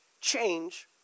change